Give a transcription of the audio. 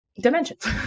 dimensions